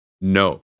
No